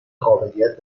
قابلیت